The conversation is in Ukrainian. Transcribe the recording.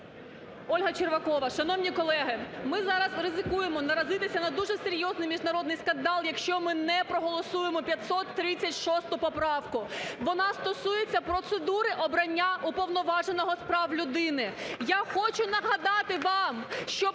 Ольга Червакова. Шановні колеги, ми зараз ризикуємо наразитися на дуже серйозний міжнародний скандал, якщо ми не проголосуємо 536 поправку, вона стосується процедури обрання Уповноваженого з прав людини. Я хочу нагадати вам, що